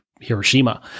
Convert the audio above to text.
Hiroshima